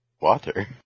water